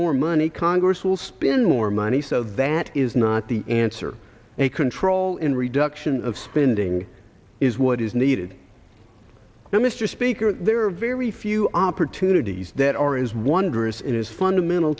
more money congress will spend more money so that is not the answer a control in reduction of spending is what is needed now mr speaker there are very few opportunities that are as wondrous in is fundamental